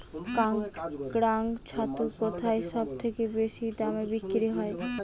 কাড়াং ছাতু কোথায় সবথেকে বেশি দামে বিক্রি হয়?